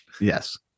Yes